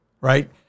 right